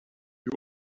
you